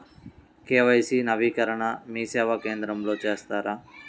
KYC నవీకరణని మీసేవా కేంద్రం లో చేస్తారా?